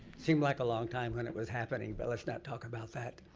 seemed like a long time when it was happening but let's not talk about that.